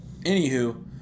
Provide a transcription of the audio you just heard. anywho